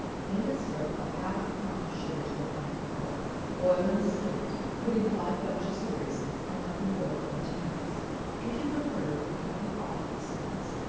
make a syrup of half a pound of sugar to a pint of water, boil and skim it put in five bunches of raisins, and let them boil twenty minutes if you prefer, you can pick off the stems.